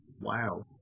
Wow